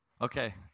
Okay